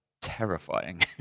terrifying